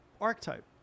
archetype